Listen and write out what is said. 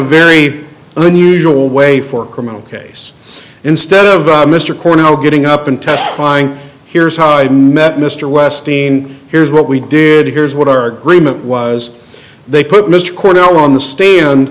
very unusual way for a criminal case instead of mr cornell getting up and testifying here's how i met mr west teen here's what we did here's what our agreement was they put mr cornell on the stand